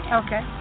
okay